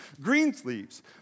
Greensleeves